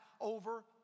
over